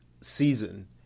season